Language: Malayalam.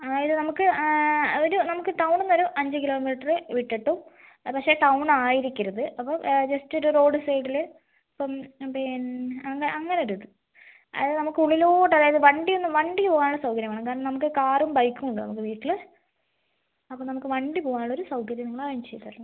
അതായത് നമുക്ക് ഒരു നമുക്ക് ടൗണിൽ നിന്ന് ഒരു അഞ്ച് കിലോമീറ്റർ വിട്ടിട്ട് പക്ഷേ ടൗണ് ആയിരിക്കരുത് അപ്പം ജസ്റ്റ് ഒരു റോഡ്സൈഡിൽ ഇപ്പം പിന്നെ അങ്ങനെ ഒരിത് അതായത് നമുക്ക് ഉള്ളിലോട്ട് അതായത് വണ്ടിയൊന്നും വണ്ടി പോകാനുള്ള സൗകര്യം വേണം കാരണം നമുക്ക് കാറും ബൈക്കും ഉണ്ട് നമുക്ക് വീട്ടിൽ അപ്പം നമുക്ക് വണ്ടി പോകാനുള്ള ഒരു സൗകര്യം നിങ്ങൾ അറേഞ്ച് ചെയ്ത് തരണം